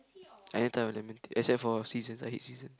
any type of lemon tea accept for season I hate season